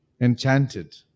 Enchanted